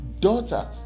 Daughter